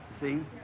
see